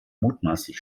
mutmaßlich